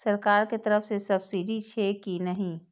सरकार के तरफ से सब्सीडी छै कि नहिं?